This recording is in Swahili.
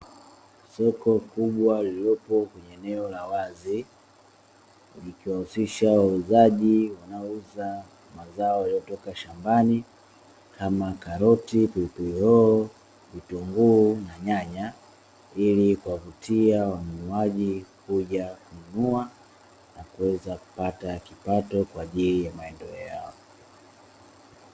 Soko kubwa lililopo kwenye eneo la wazi, likiwahusisha wauzaji wanaouza mazao yanayotoka shambani kama karoti, pilipili hoho, vitunguu na nyanya ilikuwavutia wanunuaji kuja kununua na kuweza kupata kipato kwa ajili ya maendeleo yao.